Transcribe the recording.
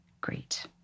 Great